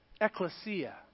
ecclesia